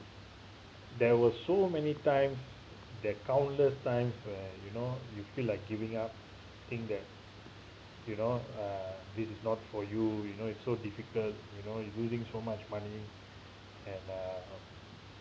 there were so many times that countless times uh you know you feel like giving up think that you know uh this is not for you you know it's so difficult you know you losing so much money and uh